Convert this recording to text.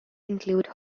include